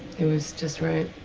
it was just right.